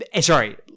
Sorry